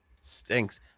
Stinks